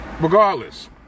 Regardless